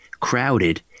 crowded